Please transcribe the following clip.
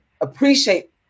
appreciate